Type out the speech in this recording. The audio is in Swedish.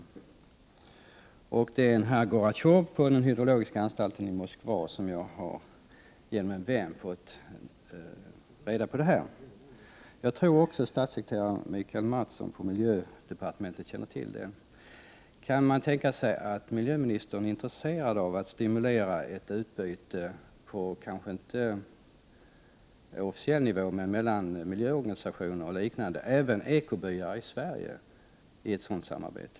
Det är genom en vän, som varit i kontakt med herr Goratjov på den hydrologiska anstalten i Moskva, som jag har fått reda på detta. Jag tror att också statssekreterare Micael Mathson på miljödepartementet känner till det här. Kan man tänka sig att miljöministern är intresserad av att stimulera ett utbyte — kanske inte på officiell nivå, men mellan miljöorganisationer och liknande — även med ekobyar i Sverige i ett sådant samarbete?